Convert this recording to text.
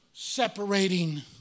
separating